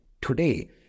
today